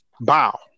Bow